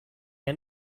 end